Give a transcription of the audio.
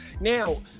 Now